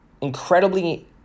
incredibly